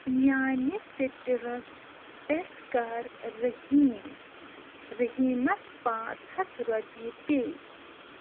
میانہِ سِٹرس پٮ۪ٹھ کَر رٔحیٖم رٔحیٖمس پانٛژھ ہَتھ رۄپیہِ پے